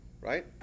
Right